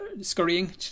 scurrying